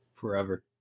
forever